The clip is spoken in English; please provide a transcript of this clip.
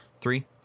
three